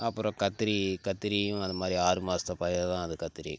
அப்பறம் கத்தரி கத்தரியும் அது மாதிரி ஆறு மாசத்து பயிர் தான் அது கத்திரி